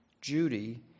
Judy